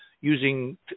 using